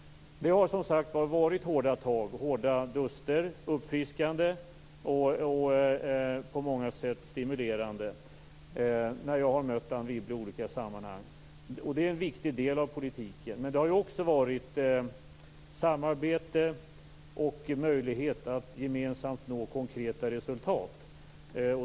Det har som sagt varit hårda tag och hårda duster, uppfriskande och på många sätt stimulerande, när jag har mött Anne Wibble i olika sammanhang. Det är en viktig del av politiken. Men det har också varit samarbete och möjlighet att gemensamt nå konkreta resultat.